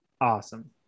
awesome